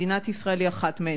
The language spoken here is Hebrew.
מדינת ישראל היא אחת מהן,